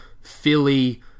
Philly